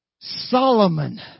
Solomon